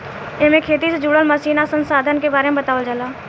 एमे खेती से जुड़ल मशीन आ संसाधन के बारे बतावल जाला